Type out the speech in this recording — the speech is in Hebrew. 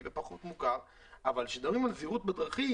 ופחות מוכר אבל כשמדברים על זהירות בדרכים,